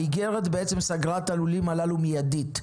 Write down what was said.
האיגרת בעצם סגרה את הלולים הללו מיידית,